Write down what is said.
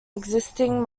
existing